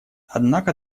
однако